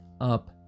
up